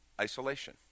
isolation